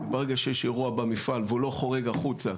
ברגע שיש אירוע במפעל והוא לא חורג החוצה,